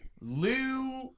Lou